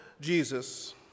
Jesus